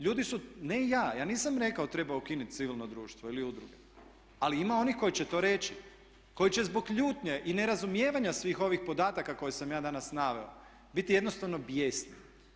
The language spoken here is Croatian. Ljudi su, ne ja, ja nisam rekao treba ukinuti civilno društvo ili udruge, ali ima onih koji će to reći, koji će zbog ljutnje i nerazumijevanja svih ovih podataka koje sam ja danas naveo biti jednostavno bijesni.